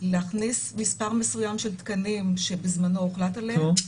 להכניס מספר מסוים של תקנים שבזמנו הוחלט עליהם,